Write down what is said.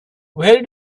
where